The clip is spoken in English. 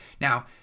Now